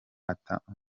atabwa